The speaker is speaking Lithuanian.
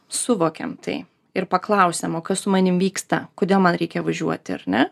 suvokiam tai ir paklausiam o kas su manim vyksta kodėl man reikia važiuoti ar ne